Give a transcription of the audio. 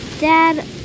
Dad